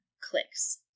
clicks